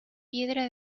piedra